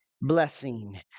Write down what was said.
blessing